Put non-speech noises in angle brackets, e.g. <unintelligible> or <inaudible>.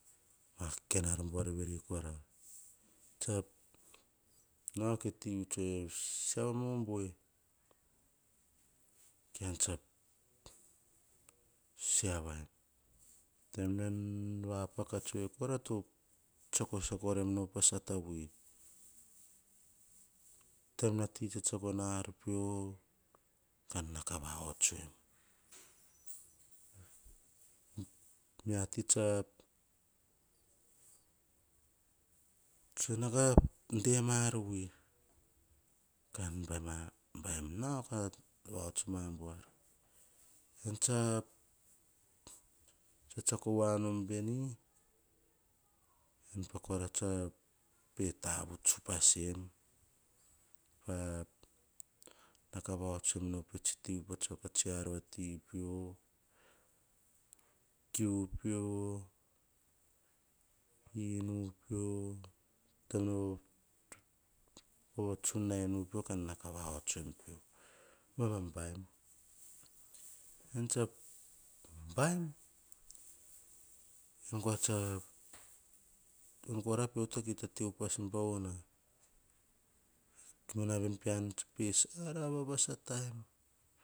Dema kain an de, ar kora voeri koara. Tsa <unintelligible> nao ke ti vi, tsoe saumoam voe, kean tsa siava em. Taim nan vapaka tsoe kora to tsiako sako raim nao pa sata vui. Taim na ti tsetsako ar peo ka nao ka vahots en. <hesitation> miati tsa tsoe nao ga dema ar vui, kan baim a baim nao ka vahots ma buar. Ean tsa tsetsiako voa nom veni, en pa kora tse pe tavuts upas em. Pa, taka vahots tsem nao pa tsi ti vui pa tsiako a tsi ar vati pio, kiu pio, inu pio, kano vots tsu naim u pio, kan nao ka vahots pio. Baim a baim, ean tsa baim, an goa tsa an kora pio ta kita te upas bauna. No na ven pean tsa pe sara vavasa taim.